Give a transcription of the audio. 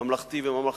ממלכתי, וממלכתי-דתי,